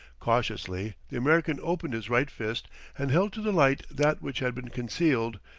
cautiously the american opened his right fist and held to the light that which had been concealed,